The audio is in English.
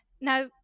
Now